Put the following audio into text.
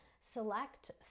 select